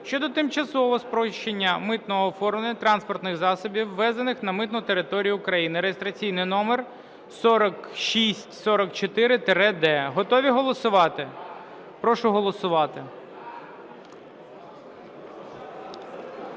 щодо тимчасового спрощення митного оформлення транспортних засобів, ввезених на митну територію України (реєстраційний номер 4644-д) Готові голосувати? 14:21:01